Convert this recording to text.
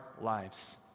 lives